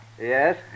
Yes